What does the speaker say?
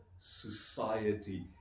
society